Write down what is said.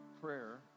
prayer